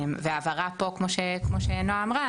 ההבהרה פה כמו שנעה אמרה,